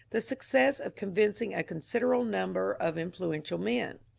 the success of convincing a considerable number of influential men.